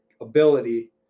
ability